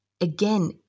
again